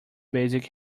basic